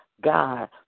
God